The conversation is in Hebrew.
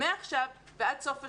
מעכשיו ועד סוף השנה.